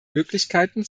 möglichkeiten